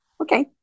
Okay